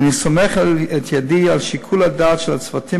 ואני סומך את ידי על שיקול הדעת של הצוותים